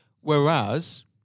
whereas